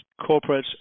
corporates